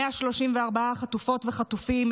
134 חטופות וחטופים,